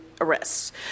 arrests